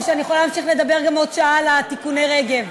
או שאני יכולה להמשיך לדבר גם עוד שעה על תיקוני רגב?